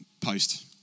post